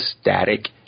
static